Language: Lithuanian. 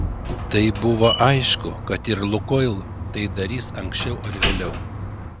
tai buvo aišku kad ir lukoil tai darys anksčiau ar vėliau